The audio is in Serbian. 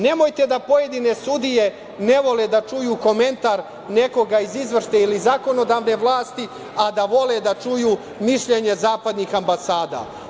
Nemojte da pojedine sudije ne vole da čuju komentar nekoga iz izvršne ili zakonodavne vlasti, a da vole da čuju mišljenje zapadnih ambasada.